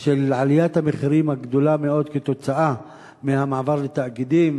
של עליית המחירים הגדולה מאוד כתוצאה מהמעבר לתאגידים,